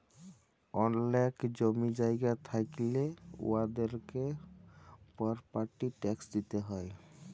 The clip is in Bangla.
অলেক জমি জায়গা থ্যাইকলে উয়াদেরকে পরপার্টি ট্যাক্স দিতে হ্যয়